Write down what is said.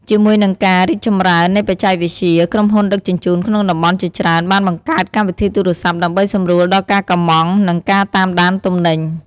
ជាមួយនឹងការរីកចម្រើននៃបច្ចេកវិទ្យា ក្រុមហ៊ុនដឹកជញ្ជូនក្នុងតំបន់ជាច្រើនបានបង្កើតកម្មវិធីទូរស័ព្ទដើម្បីសម្រួលដល់ការកម្ម៉ង់និងការតាមដានទំនិញ។